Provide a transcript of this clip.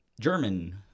german